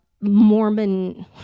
Mormon